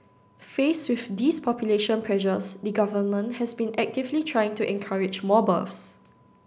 faced with these population pressures the Government has been actively trying to encourage more births